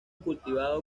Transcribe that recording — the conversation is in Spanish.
cultivado